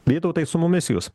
vytautai su mumis jūs